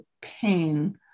pain